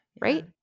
Right